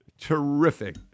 Terrific